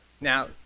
Now